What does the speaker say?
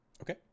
okay